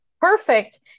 perfect